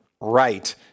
right